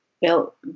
built